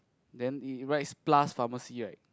then it it writes plus pharmacy right